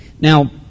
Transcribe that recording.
Now